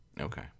okay